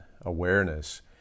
awareness